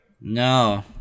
No